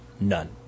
None